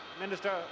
Minister